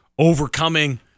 overcoming